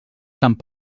sant